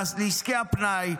לעסקי הפנאי,